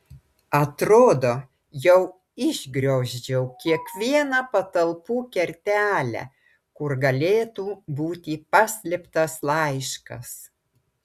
atrodo jau išgriozdžiau kiekvieną patalpų kertelę kur galėtų būti paslėptas laiškas